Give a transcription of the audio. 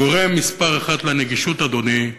הגורם מספר אחת לנגישות, אדוני,